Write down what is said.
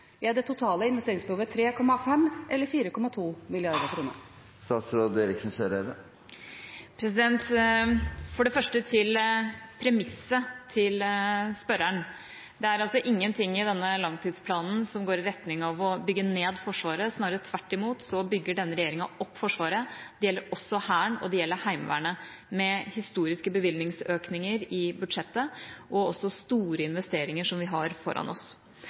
Er det totale investeringsbehovet 3,5 mrd. kr eller 4,2 mrd. kr? For det første til premisset til spørreren: Det er ingenting i denne langtidsplanen som går i retning av å bygge ned Forsvaret. Snarere tvert imot bygger denne regjeringa opp Forsvaret – det gjelder også Hæren, og det gjelder Heimevernet – med historiske bevilgningsøkninger i budsjettet og også store investeringer som vi har foran oss.